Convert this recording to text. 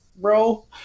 Bro